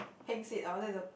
pink seat oh that is